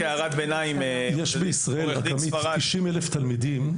עמית, בישראל יש 90 אלף תלמידים.